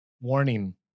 warning